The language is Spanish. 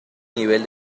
nivel